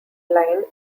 line